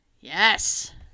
Yes